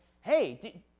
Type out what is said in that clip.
hey